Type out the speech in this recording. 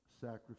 sacrifice